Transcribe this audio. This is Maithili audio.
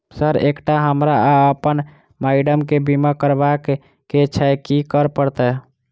सर एकटा हमरा आ अप्पन माइडम केँ बीमा करबाक केँ छैय की करऽ परतै?